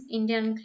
Indian